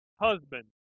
husband